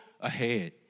ahead